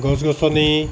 গছ গছনি